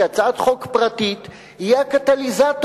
הצעת החוק הפרטית תהיה הקטליזטור,